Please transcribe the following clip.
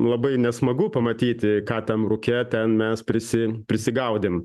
labai nesmagu pamatyti ką tam rūke ten mes prisi prisigaudėm